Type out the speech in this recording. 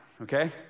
okay